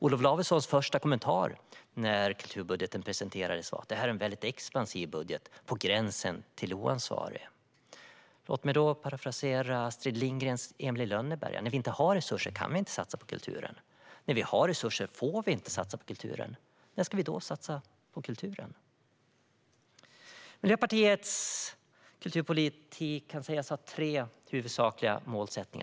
Olof Lavessons första kommentar när kulturbudgeten presenterades var att det här är en expansiv budget, på gränsen till oansvarig. Låt mig då parafrasera Astrid Lindgrens Emil i Lönneberga: När vi inte har resurser kan vi inte satsa på kulturen. När vi har resurser får vi inte satsa på kulturen. När ska vi då satsa på kulturen? Miljöpartiets kulturpolitik kan sägas ha tre huvudsakliga mål.